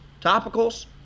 topicals